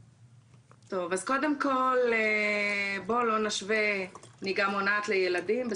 כל בואו לא נשווה נהיגה מונעת לילדים.